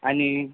आणि